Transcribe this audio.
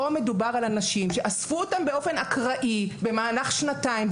כאן מדובר על אנשים שאספו אותם באופן אקראי במהלך שנתיים,